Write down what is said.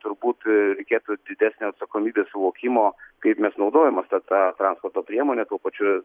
turbūt reikėtų didesnio atsakomybės suvokimo kaip mes naudojamas ta ta transporto priemonė tuo pačiu